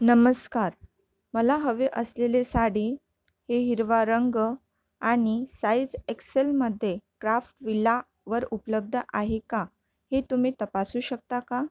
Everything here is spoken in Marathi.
नमस्कार मला हवे असलेले साडी हे हिरवा रंग आणि साइज एक्स एलमध्ये क्राफ्टविल्ला वर उपलब्ध आहे का हे तुम्ही तपासू शकता का